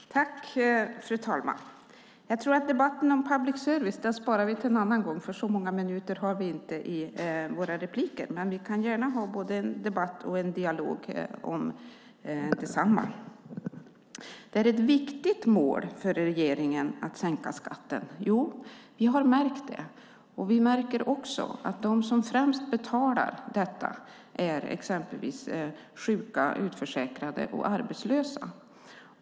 Fru talman! Jag tror att vi sparar debatten om public service till en annan gång, för vi har inte så många minuter i våra inlägg. Men vi kan gärna ha både en debatt och en dialog tillsammans. Det är ett viktigt mål för regeringen att sänka skatten. Jo, vi har märkt det. Vi märker också att de som främst betalar detta är exempelvis sjuka, utförsäkrade och arbetslösa.